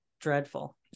dreadful